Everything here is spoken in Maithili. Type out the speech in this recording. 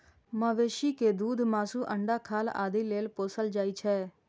मवेशी कें दूध, मासु, अंडा, खाल आदि लेल पोसल जाइ छै